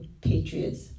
Patriots